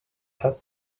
pat